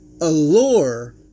allure